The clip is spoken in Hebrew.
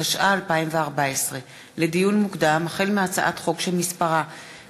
התשע"ה 2014. לדיון מוקדם: החל בהצעת חוק פ/2881/19